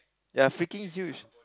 you're freaking huge